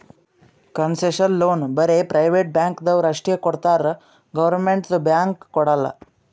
concessional loan ಬರೇ private ಬ್ಯಾಂಕ್ದವ್ರು ಅಷ್ಟೇ ಕೊಡ್ತಾರ್ ಗೌರ್ಮೆಂಟ್ದು ಬ್ಯಾಂಕ್ ಕೊಡಲ್ಲ